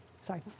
Sorry